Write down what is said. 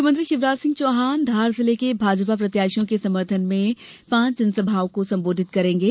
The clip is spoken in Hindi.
मुख्यमंत्री शिवराज सिंह चौहान धार जिले के भाजपा प्रत्याशियों के समर्थन में पांच जनसभाओं को संबोधित करेंगे